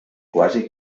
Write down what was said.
quasi